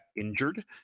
injured